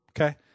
Okay